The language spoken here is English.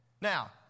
Now